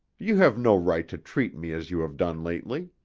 you have no right to treat me as you have done lately.